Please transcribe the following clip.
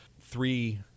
three